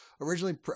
originally